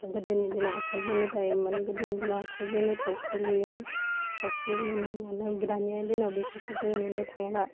गोदोनि दिनाव आखाइजोंनो दायोमोन गोदोनि दिनाव आखाइजोंनो थावख्रि लुयोमोन थावख्रि लुनाय मानाय दानिया दिनाव बेफोरखौ जों नुनो थांला